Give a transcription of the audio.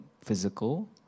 physical